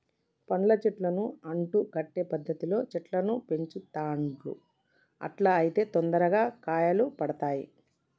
పండ్ల చెట్లను అంటు కట్టే పద్ధతిలో చెట్లను పెంచుతాండ్లు అట్లా అయితే తొందరగా కాయలు పడుతాయ్